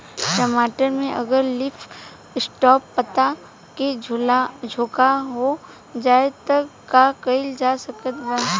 टमाटर में अगर लीफ स्पॉट पता में झोंका हो जाएँ त का कइल जा सकत बा?